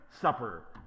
Supper